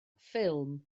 ffilm